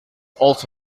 also